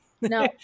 No